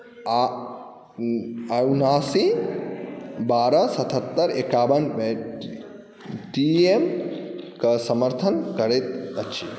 आओर उनासी बारह सतहत्तरि एकावन पेटीएमकेँ समर्थन करैत अछि